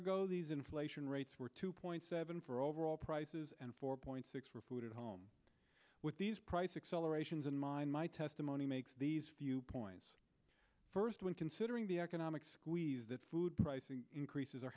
ago these inflation rates were two point seven for overall prices and four point six for food at home with these price accelerations in mind my testimony makes these few points first when considering the economic squeeze that food price increases are